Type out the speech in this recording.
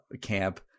camp